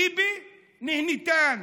ביבי נהנתן.